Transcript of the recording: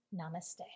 Namaste